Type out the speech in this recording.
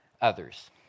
others